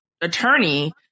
attorney